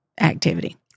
activity